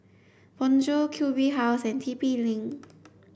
Bonjour Q B House and T P link